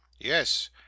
Yes